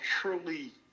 truly